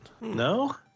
No